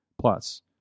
plus